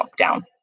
lockdown